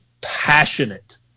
passionate